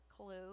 clue